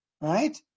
right